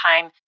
time